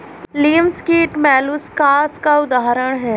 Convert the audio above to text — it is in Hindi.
लिमस कीट मौलुसकास का उदाहरण है